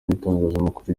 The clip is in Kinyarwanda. n’itangazamakuru